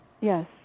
Yes